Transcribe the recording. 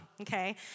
okay